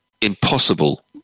impossible